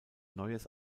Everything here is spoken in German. neues